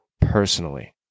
personally